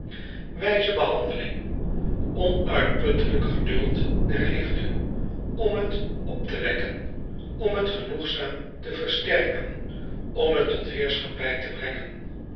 wijze behandeling onuitputtelijk geduld der liefde om het op te wekken om het genoegzaam te versterken om het tot heerschappij te brengen